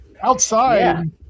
Outside